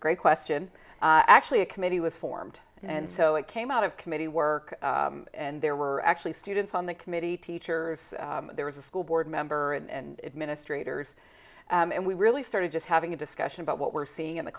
great question actually a committee was formed and so it came out of committee work and there were actually students on the committee teachers there was a school board member and administrators and we really started just having a discussion about what we're seeing in the